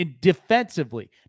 defensively